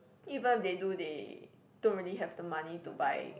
even if they do they don't really have the money to buy